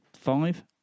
five